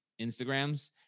Instagrams